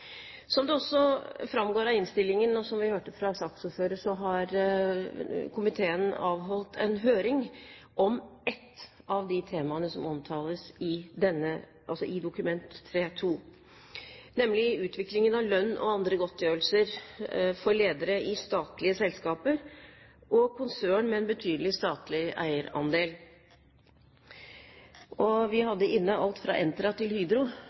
det framgår av innstillingen, og som vi hørte fra saksordføreren, har komiteen avholdt en høring om et av de temaene som omtales i Dokument 3:2, nemlig utviklingen av lønn og andre godtgjørelser for ledere i statlige selskaper og i konsern med en betydelig statlig eierandel. Vi hadde inne alt fra Entra til Hydro,